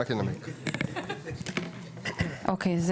אוקיי.